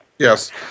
Yes